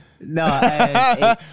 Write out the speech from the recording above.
No